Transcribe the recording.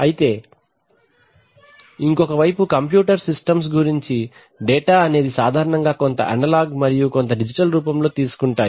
అయితే ఇంకో వైపు కంప్యూటర్ సిస్టమ్స్ నుంచి డేటా అనేది సాధారణంగా కొంత అనలాగ్ మరియు కొంత డిజిటల్ డేటా రూపంలో తీసుకుంటాయి